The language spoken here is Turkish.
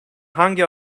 hangi